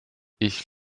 ich